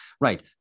Right